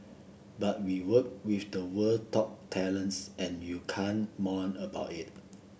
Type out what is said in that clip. but we work with the world top talents and you can't moan about it